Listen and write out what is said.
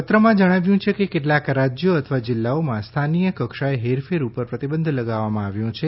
પત્રમાં જણાવ્યું છે કે કેટલાંક રાજયો અથવા જિલ્લાઓમાં સ્થાનીય કક્ષાએ હેરફેર ઉપર પ્રતિબંધ લગાવવામાં આવ્યો છે